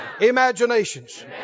Imaginations